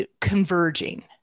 converging